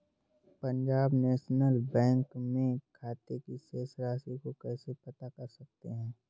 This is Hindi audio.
पंजाब नेशनल बैंक में खाते की शेष राशि को कैसे पता कर सकते हैं?